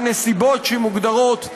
בנסיבות שמוגדרות בחוק,